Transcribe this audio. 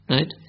Right